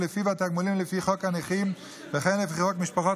ולפיו התגמולים לפי חוק הנכים וכן לפי חוק משפחות